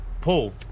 Paul